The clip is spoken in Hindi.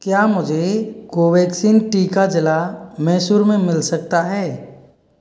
क्या मुझे कोवैक्सीन टीका ज़िला मैसूर में मिल सकता है